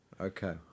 Okay